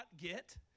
get